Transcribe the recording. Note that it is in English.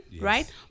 right